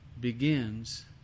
begins